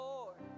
Lord